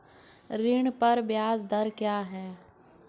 ऋण पर ब्याज दर क्या है?